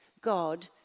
God